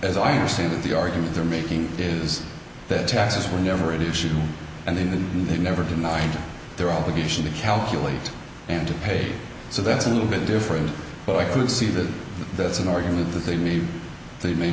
as i understand it the argument they're making is that taxes were never an issue and in the never to mind their obligation to calculate and to pay so that's a little bit different but i could see that that's an argument that they need they ma